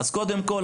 אז קודם כול,